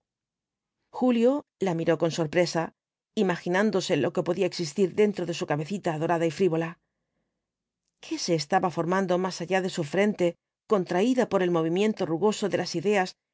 julio la miró con sorpresa imaginándose lo que podía existir dentro de su cabecita adorada y frivola qué se estaba formando más allá de su frente contraída por el movimiento rugoso de las ideas